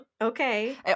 okay